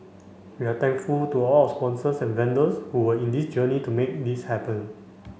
we are thankful to all our sponsors and vendors who were in this journey to make this happen